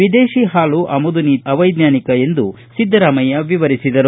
ವಿದೇತಿ ಹಾಲು ಆಮದು ನೀತಿ ಅವೈಜ್ಞಾನಿಕ ಎಂದು ಸಿದ್ದರಾಮಯ್ಯ ವಿವರಿಸಿದರು